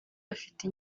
bafite